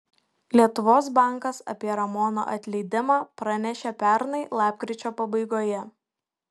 lietuvos bankas apie ramono atleidimą pranešė pernai lapkričio pabaigoje